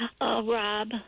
Rob